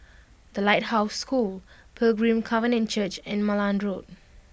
The Lighthouse School Pilgrim Covenant Church and Malan Road